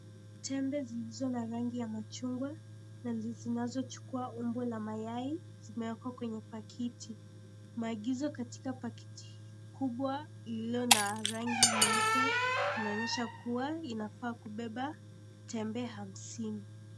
Tembe zilizo na rangi ya machungwa na zinazochukua umbo la mayai, zimeekwa kwenye pakiti. Maagizo katika pakiti kubwa lililo na rangi nyeupe, linaonyesha kuwa inafaa kubeba tembe hamsini.